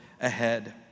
ahead